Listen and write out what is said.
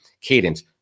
cadence